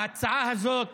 ההצעה הזאת,